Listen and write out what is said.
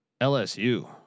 LSU